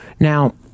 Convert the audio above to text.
Now